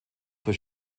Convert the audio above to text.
für